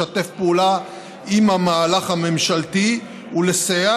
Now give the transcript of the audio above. לשתף פעולה עם המהלך הממשלתי ולסייע